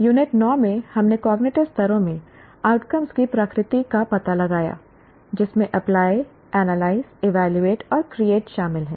unit 9 में हमने cognitive स्तरों में आउटकम की प्रकृति का पता लगाया जिसमें अप्लाई एनालाइज इवेलुएट और क्रिएट शामिल हैं